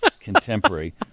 contemporary